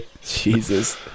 jesus